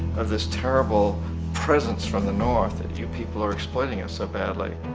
of this terrible presence from the north. and you people are exploiting us so badly.